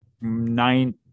nine